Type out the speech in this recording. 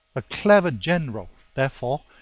a clever general, therefore,